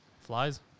Flies